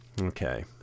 Okay